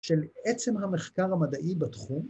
‫של עצם המחקר המדעי בתחום.